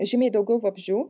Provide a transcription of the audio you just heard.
žymiai daugiau vabzdžių